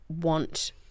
want